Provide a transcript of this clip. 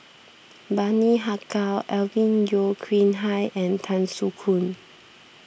Bani Haykal Alvin Yeo Khirn Hai and Tan Soo Khoon